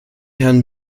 herrn